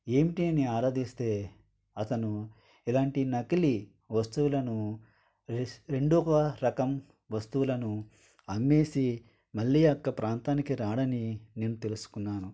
ఏమిటీ అని ఆరాతీస్తే అతను ఇలాంటి నకిలీ వస్తువులను రెండవ రకం వస్తువులను అమ్మేసి మళ్లీ ఆ యొక్క ప్రాంతానికి రాడని నేను తెలుసుకున్నాను